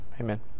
Amen